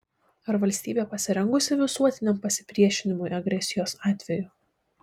ar valstybė pasirengusi visuotiniam pasipriešinimui agresijos atveju